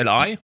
LI